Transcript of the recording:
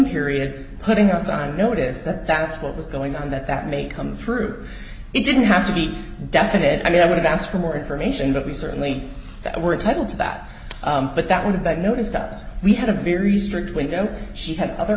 period putting us on notice that that's what was going on that that may come through or it didn't have to be definite i mean i would ask for more information but we certainly were entitle to that but that would have been noticed to us we had a very strict window she had other